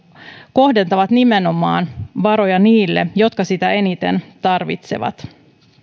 kohdentavat varoja nimenomaan niille jotka sitä eniten tarvitsevat